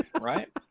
right